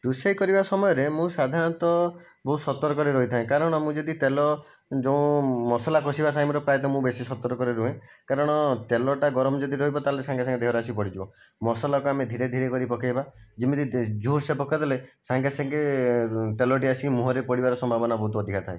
ରୋଷେଇ କରିବା ସମୟରେ ମୁଁ ସାଧାରଣତଃ ବହୁତ ସତର୍କରେ ରହିଥାଏ କାରଣ ମୁଁ ଯଦି ତେଲ ଯେଉଁ ମସଲା କଷିବା ଟାଇମ୍ରେ ପ୍ରାୟତଃ ମୁଁ ବେଶୀ ସତର୍କରେ ରୁହେ କାରଣ ତେଲଟା ଗରମ ଯଦି ରହିବ ତା ହେଲେ ସାଙ୍ଗେ ସାଙ୍ଗେ ଦେହରେ ଆସି ପଡ଼ିଯିବ ମସଲାକୁ ଆମେ ଧୀରେ ଧୀରେ କରିକି ପକାଇବା ଯେମିତି ଜୋର ସେ ପକାଇ ଦେଲେ ସାଙ୍ଗେ ସାଙ୍ଗେ ତେଲଟି ଆସିକି ମୁହଁରେ ପଡ଼ିବାର ସମ୍ଭାବନା ବହୁତ ଅଧିକା ଥାଏ